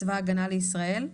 צבא ההגנה לישראל,